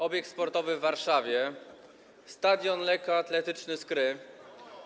Obiekt sportowy w Warszawie, stadion lekkoatletyczny Skry.